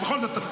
בכל זאת,